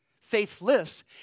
faithless